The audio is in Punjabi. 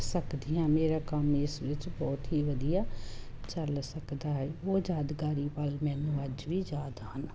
ਸਕਦੀ ਹਾਂ ਮੇਰਾ ਕੰਮ ਇਸ ਵਿੱਚ ਬਹੁਤ ਹੀ ਵਧੀਆ ਚੱਲ ਸਕਦਾ ਹੈ ਉਹ ਯਾਦਗਾਰੀ ਪਲ ਮੈਨੂੰ ਅੱਜ ਵੀ ਯਾਦ ਹਨ